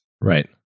Right